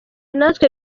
natwe